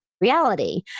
reality